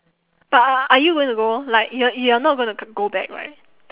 but are you going to go like you're you're not gonna go back right